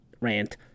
rant